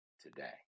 today